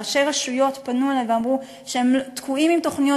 ראשי רשויות פנו אלי ואמרו שהם תקועים עם תוכניות